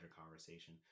conversation